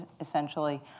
essentially